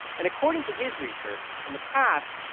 and according to his research, in the past,